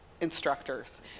instructors